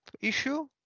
issue